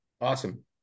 Awesome